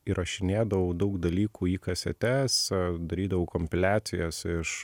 įrašinėdavau daug dalykų į kasetes darydavau kompiliacijos iš